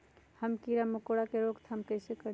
हम किरा मकोरा के रोक थाम कईसे करी?